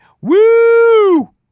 woo